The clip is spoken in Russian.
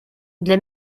для